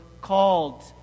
called